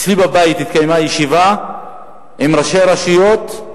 אצלי בבית התקיימה ישיבה עם ראשי רשויות,